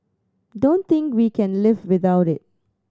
don't think we can live without it